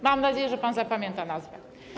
Mam nadzieję, że pan zapamięta nazwę.